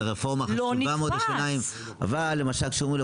זו רפורמה חשובה מאוד לשיניים אבל למשל כשאומרים לו